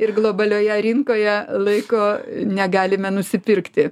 ir globalioje rinkoje laiko negalime nusipirkti